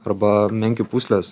arba menkių pūslės